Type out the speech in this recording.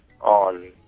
on